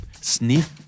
sniff